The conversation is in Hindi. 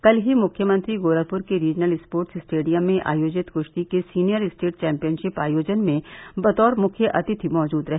कल ही मुख्यमंत्री गोरखपुर के रीजनल स्पोर्ट्स स्टेडियम में आयोजित कुस्ती के सीनियर स्टेट चैम्पियनशिप आयोजन में बतौर मुख्य अतिथि मौजूद रहे